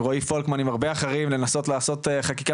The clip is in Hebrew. עם רועי פולקמן ועם עוד הרבה אחרים ולנסות לעשות חקיקה